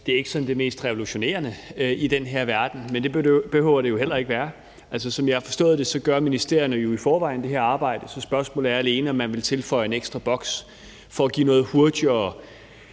Det er ikke sådan det mest revolutionerende i den her verden, men det behøver det jo heller ikke at være. Som jeg har forstået det, gør ministerierne i forvejen det her arbejde, så spørgsmålet er alene, om man vil tilføje en ekstra boks for at give en mulighed